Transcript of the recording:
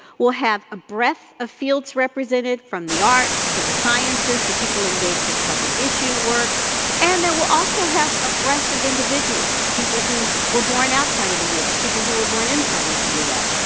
will have a breath of fields represented from the arts to the sciences to people engaged in public issue work and there will also have a breath of individuals, people who were born outside of the us, people who were born inside of the us,